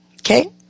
Okay